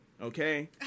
Okay